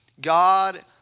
God